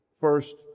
First